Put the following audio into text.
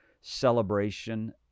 celebration